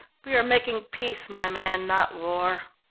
we are making peace, my man, not war.